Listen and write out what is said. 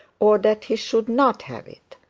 or that he should not have it.